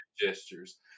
gestures